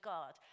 God